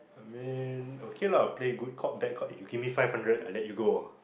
I mean okay lah I'll play good cop bad cop if you give me five hundred I let you go